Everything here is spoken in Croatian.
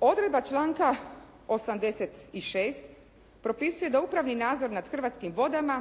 Odredba članka 86. propisuje da upravni nadzor nad Hrvatskim vodama